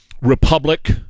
republic